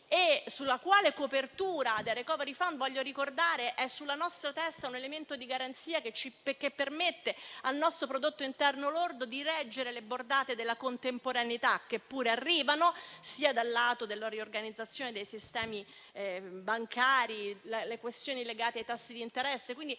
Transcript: che la copertura del *recovery fund* è sulla nostra testa un elemento di garanzia che permette al nostro prodotto interno lordo di reggere le bordate della contemporaneità che arrivano dal lato della riorganizzazione dei sistemi bancari e delle questioni legate ai tassi di interesse.